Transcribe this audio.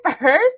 first